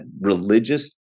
religious